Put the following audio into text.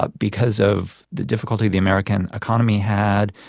ah because of the difficulty the american economy had,